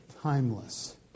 Timeless